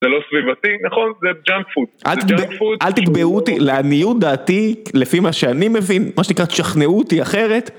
זה לא סביבתי, נכון? זה ג'אנקפוד. אל תתבעו אותי, לעניות דעתי, לפי מה שאני מבין, מה שנקרא, תשכנעו אותי אחרת.